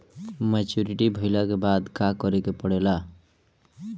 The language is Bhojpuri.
मैच्योरिटी भईला के बाद का करे के पड़ेला?